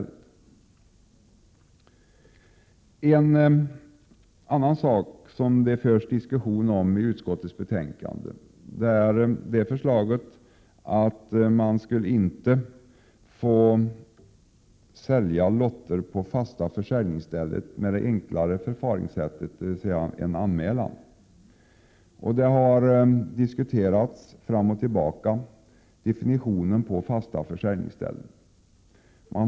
En annan sak som det förs diskussion om i utskottsbetänkandet är förslaget att man inte skulle få sälja lotter på fasta försäljningsställen med det enkla förfaringssättet, dvs. efter en anmälan. Utskottet har diskuterat fram och tillbaka definitionen på ett fast försäljningsställe.